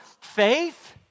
faith